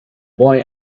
boy